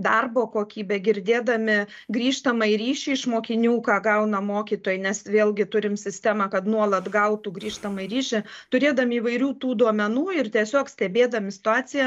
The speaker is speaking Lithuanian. darbo kokybę girdėdami grįžtamąjį ryšį iš mokinių ką gauna mokytojai nes vėlgi turim sistemą kad nuolat gautų grįžtamąjį ryšį turėdami įvairių tų duomenų ir tiesiog stebėdami situaciją